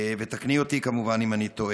ותקני אותי כמובן אם אני טועה.